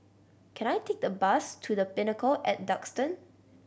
can I take the bus to The Pinnacle at Duxton